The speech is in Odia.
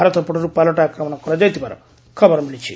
ଭାରତ ପଟରୁ ପାଲଟା ଆକ୍ରମଣ କରାଯାଇଥିବାର ଖବର ମିଳିଛି